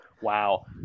Wow